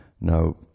Now